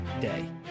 day